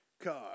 car